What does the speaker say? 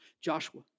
Joshua